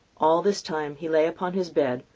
all this time, he lay upon his bed,